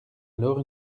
alors